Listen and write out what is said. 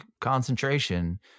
concentration